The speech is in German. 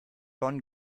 bonn